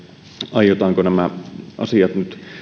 aiotaanko nämä asiat nyt